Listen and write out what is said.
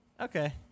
Okay